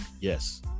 yes